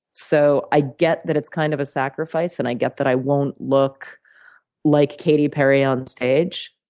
so i get that it's kind of a sacrifice, and i get that i won't look like katy perry on stage,